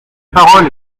parole